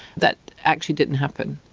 that actually didn't happen.